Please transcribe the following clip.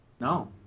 No